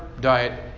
diet